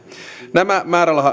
nämä